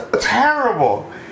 terrible